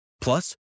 Plus